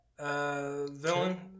Villain